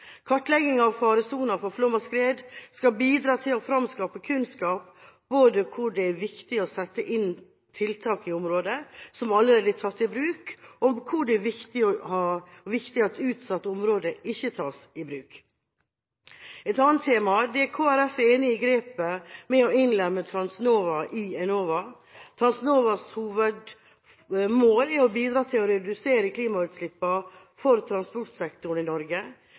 av faresoner for flom og skred skal bidra til å framskaffe kunnskap både om hvor det er viktig å sette inn tiltak i områder som allerede er tatt i bruk, og om hvor det er viktig at utsatte områder ikke tas i bruk. Et annet tema: Vi i Kristelig Folkeparti er enige i grepet med å innlemme Transnova i Enova. Transnovas hovedmål er å bidra til å redusere klimagassutslippene fra transportsektoren i Norge.